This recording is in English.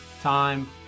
Time